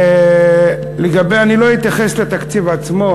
אני לא אתייחס לתקציב עצמו,